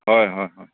ꯍꯣꯏ ꯍꯣꯏ ꯍꯣꯏ